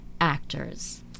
actors